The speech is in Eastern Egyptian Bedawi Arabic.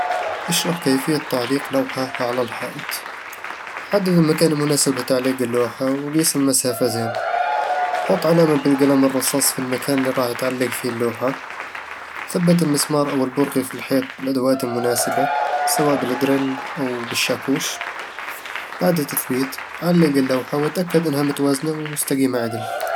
اشرح كيفية تعليق لوحة على الحائط. حدّد المكان المناسب لتعليق اللوحة وقيس المسافة زين حط علامة بالقلم الرصاص في المكان اللي راح تعلق فيه اللوحة ثبّت المسمار أو البرغي في الحيط بالأدوات المناسبة، سواء بالدريل أو بالشاكوش بعد التثبيت، علق اللوحة وتأكد إنها متوازنة ومستقيمة عدل